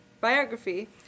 biography